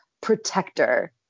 Protector